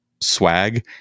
swag